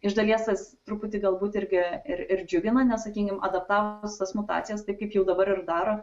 iš dalies tas truputį galbūt irgi ir ir džiugina nes sakykim adaptavome tas mutacijas taip kaip jau dabar ir daro